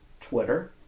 Twitter